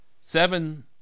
Seven